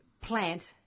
plant